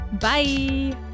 bye